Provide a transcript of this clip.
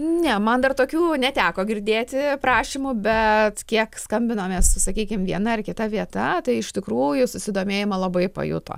ne man dar tokių neteko girdėti prašymų bet kiek skambinomėssu sakykim viena ar kita vieta tai iš tikrųjų susidomėjimą labai pajuto